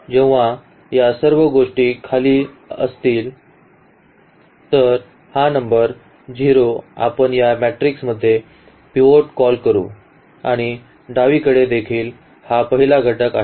जेव्हा या सर्व गोष्टी खाली असतील तर हा नंबर 0 आपण या मॅट्रिक्स मध्ये पिव्होट कॉल करू आणि डावीकडे देखील हा पहिला घटक आहे